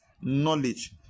knowledge